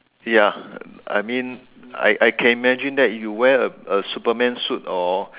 ya I mean I I can imagine that you wear a a Superman suit or